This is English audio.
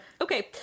Okay